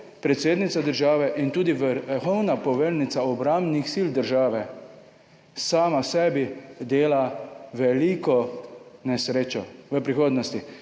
predsednica države in tudi vrhovna poveljnica obrambnih sil države sama sebi dela veliko nesrečo v prihodnosti.